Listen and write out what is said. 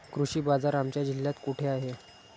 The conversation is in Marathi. कृषी बाजार आमच्या जिल्ह्यात कुठे आहे?